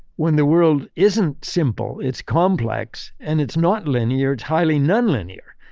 when the world isn't simple. it's complex and it's not linear, it's highly nonlinear.